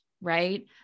right